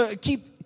keep